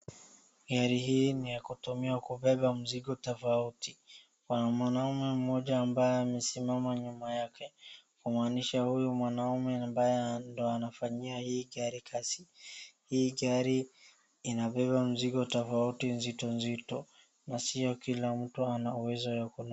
Gari hii ni yakutumiwa kubeba mzigo tofauti. Mwanaume mmoja ambaye amesimama nyuma yake kumaanisha huyu mwanaume ambaye ndiye anafanyia hii gari kazi. Hii gari nabeba mzigo tofauti nzito nzito na si kila mtu anauwezo ya